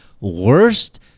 worst